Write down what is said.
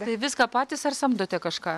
tai viską patys ar samdote kažką